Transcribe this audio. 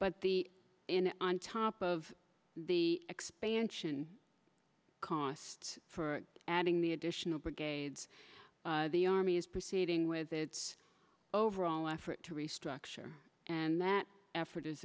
but the and on top of the expansion costs for adding the additional brigades the army is proceeding with its overall effort to restructure and that effort is